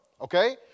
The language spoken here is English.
okay